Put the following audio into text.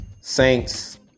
Saints